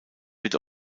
wird